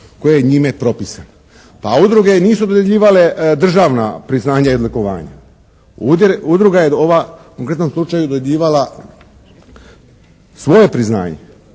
koje je njime propisano." A udruge i nisu dodjeljivale državna priznanja i odlikovanja, udruga je ova u konkretnom slučaju dodjeljivala svoje priznanje,